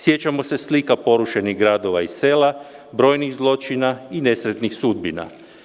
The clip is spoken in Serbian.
Sijećamo se slika porušenih gradova i sela, brojnih zločina i nesretnih sudbina.